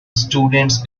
students